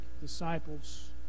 disciples